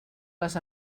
les